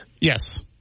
Yes